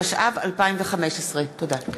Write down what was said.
התשע"ו 2015. תודה.